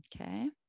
Okay